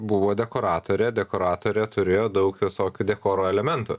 buvo dekoratorė dekoratorė turėjo daug visokių dekoro elementų